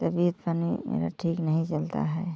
तबीयत पानी मेरा ठीक नहीं चलता है